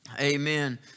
amen